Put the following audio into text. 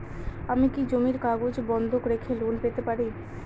আমি কি জমির কাগজ বন্ধক রেখে লোন পেতে পারি?